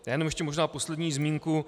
Jenom ještě možná poslední zmínku.